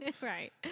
Right